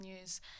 news